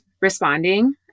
responding